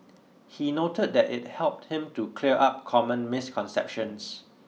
he noted that it helped him to clear up common misconceptions